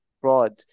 fraud